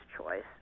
choice